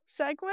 segue